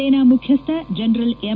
ಸೇನಾ ಮುಖ್ಯಸ್ಥ general M